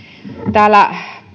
täällä